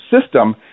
system